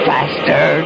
Faster